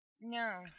No